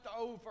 over